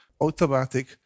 automatic